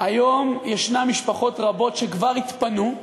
היום ישנן משפחות רבות שכבר התפנו,